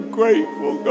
grateful